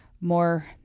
more